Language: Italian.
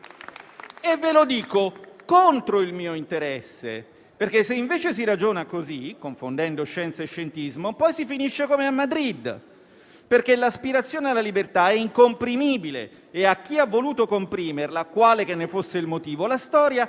Ve lo dico contro il mio interesse, perché, se invece si ragiona così (confondendo scienza e scientismo), poi si finisce come a Madrid; l'aspirazione alla libertà è incomprimibile e a chi ha voluto comprimerla, quale che ne fosse il motivo, la storia